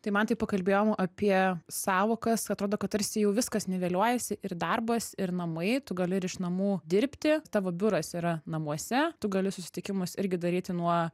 tai mantai pakalbėjom apie sąvokas atrodo kad tarsi jau viskas niveliuojasi ir darbas ir namai tu gali ir iš namų dirbti tavo biuras yra namuose tu gali susitikimus irgi daryti nuo